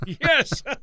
Yes